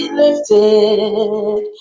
lifted